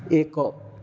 ଏକ